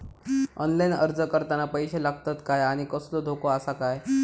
Online अर्ज करताना पैशे लागतत काय आनी कसलो धोको आसा काय?